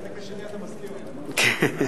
לחלק השני אני מסכים, כן.